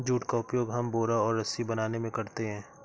jute का उपयोग हम बोरा और रस्सी बनाने में करते हैं